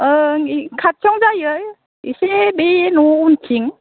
ओं खाथियावनो जायो एसे बे न' उनथिं